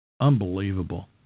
Unbelievable